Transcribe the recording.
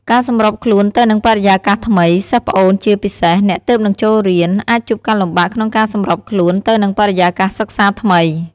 ការសម្របខ្លួនទៅនឹងបរិយាកាសថ្មី សិស្សប្អូន ជាពិសេសអ្នកទើបនឹងចូលរៀន អាចជួបការលំបាកក្នុងការសម្របខ្លួនទៅនឹងបរិយាកាសសិក្សាថ្មី។